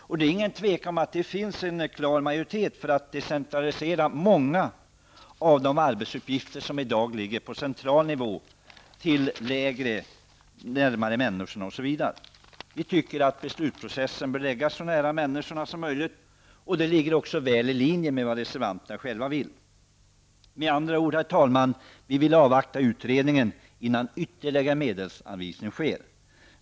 Det råder inget tvivel om att det finns en klar majoritet för att decentralisera många av de arbetsuppgifter som i dag ligger på central nivå närmare människorna osv. Beslutsprocessen bör läggas så nära människorna som möjligt, och det ligger väl i linje med vad reservanterna själva vill. Med andra ord vill vi avvakta utredningen innan ytterligare medelsanvisning sker.